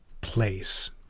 place